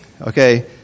okay